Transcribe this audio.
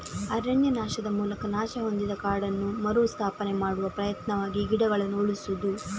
ಅರಣ್ಯನಾಶದ ಮೂಲಕ ನಾಶ ಹೊಂದಿದ ಕಾಡನ್ನು ಮರು ಸ್ಥಾಪನೆ ಮಾಡುವ ಪ್ರಯತ್ನವಾಗಿ ಗಿಡಗಳನ್ನ ಉಳಿಸುದು